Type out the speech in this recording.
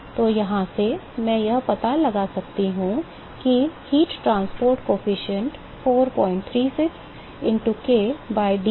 तो यहाँ से मैं यह पता लगा सकता हूँ कि ऊष्मा परिवहन गुणांक 436 into k by D है